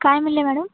काय म्हणाले मॅडम